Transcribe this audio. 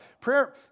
Prayer